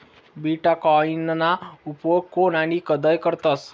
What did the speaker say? बीटकॉईनना उपेग कोन आणि कधय करतस